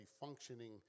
functioning